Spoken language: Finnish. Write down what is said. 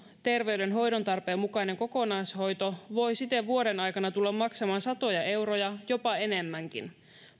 terveydenhoidon tarpeenmukainen kokonaishoito voi siten vuoden aikana tulla maksamaan satoja euroja jopa enemmänkin